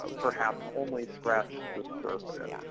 ah perhaps, only scratch the surface.